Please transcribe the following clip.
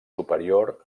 superior